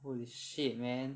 holy shit man